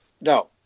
No